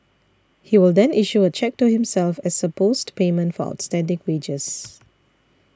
he will then issue a cheque to himself as supposed payment for outstanding wages